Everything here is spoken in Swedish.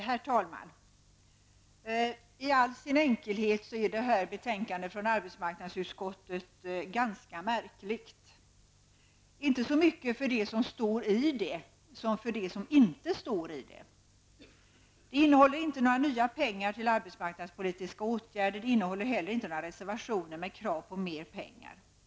Herr talman! I all sin enkelhet är det här betänkandet från arbetsmarknadsutskottet ett ganska märkligt betänkande. Jag tänker då inte så mycket på det som står i det utan mera på det som inte står i det. Betänkandet innehåller inte några förslag om nya pengar till arbetsmarknadspolitiska åtgärder. Det innehåller heller inte några reservationer med krav på mera pengar.